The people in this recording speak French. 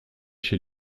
chez